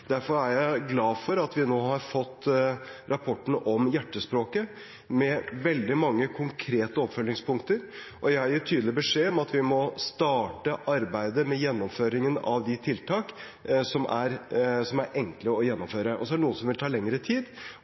Derfor er jeg glad for at vi nå har fått rapporten om Hjertespråket, med veldig mange konkrete oppfølgingspunkter – jeg har gitt tydelig beskjed om at vi må starte arbeidet med gjennomføringen av de tiltak som er enkle å gjennomføre, og så er det noe som vil ta lengre tid